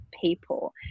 people